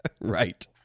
Right